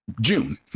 June